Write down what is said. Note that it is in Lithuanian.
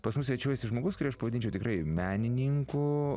pas mus svečiuojasi žmogus kurį aš pavadinčiau tikrai menininku